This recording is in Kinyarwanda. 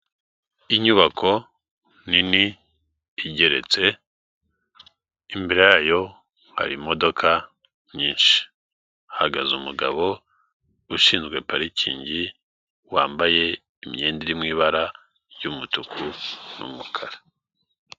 Inyubako nini igeretse, imbere yayo hari imodoka nyinshi, hahagaze umugabo ushinzwe parikingi wambaye imyenda iri mu ibara ry'umutuku n'umukara.